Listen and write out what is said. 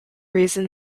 reason